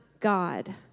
God